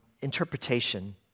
interpretation